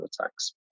attacks